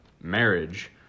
marriage